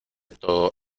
todo